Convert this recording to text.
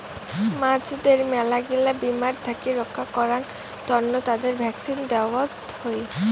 মাছদের মেলাগিলা বীমার থাকি রক্ষা করাং তন্ন তাদের ভ্যাকসিন দেওয়ত হই